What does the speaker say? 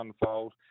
unfold